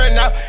now